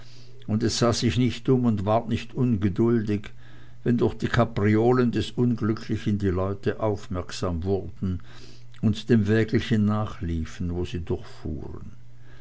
und es sah sich nicht um und ward nicht ungeduldig wenn durch die kapriolen des unglücklichen die leute aufmerksam wurden und dem wägelchen nachliefen wo sie